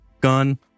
gun